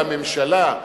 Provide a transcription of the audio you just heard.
לממשלה,